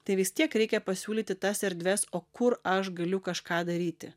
tai vis tiek reikia pasiūlyti tas erdves o kur aš galiu kažką daryti